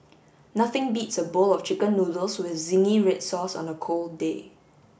nothing beats a bowl of chicken noodles with zingy red sauce on a cold day